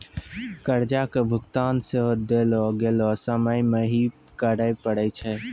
कर्जा के भुगतान सेहो देलो गेलो समय मे ही करे पड़ै छै